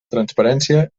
transparència